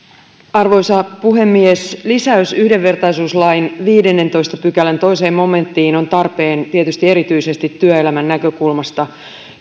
arvoisa puhemies lisäys yhdenvertaisuuslain viidennentoista pykälän toiseen momenttiin on tarpeen tietysti erityisesti työelämän näkökulmasta